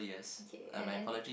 okay and then